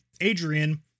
Adrian